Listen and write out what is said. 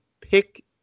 pick